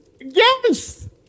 Yes